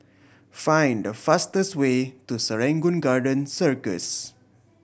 find the fastest way to Serangoon Garden Circus